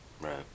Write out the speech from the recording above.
Right